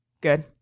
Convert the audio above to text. good